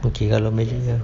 okay kalau magic